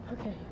Okay